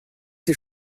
ses